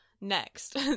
Next